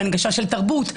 בהנגשה של תרבות,